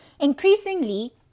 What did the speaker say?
increasingly